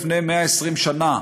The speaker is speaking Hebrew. לפני 120 שנה,